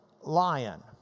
lion